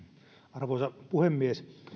arvoisa puhemies